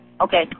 Okay